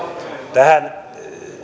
tähän